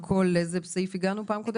לאיזה סעיף הגענו בפעם הקודמת?